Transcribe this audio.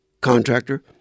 contractor